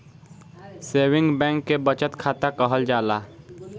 saving bank के बचत खाता कहल जाला